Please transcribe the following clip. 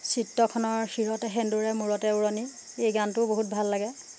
চিত্ৰখনৰ শিৰতে সেন্দুৰে মূৰতে উৰুণি এই গানটোও বহুত ভাল লাগে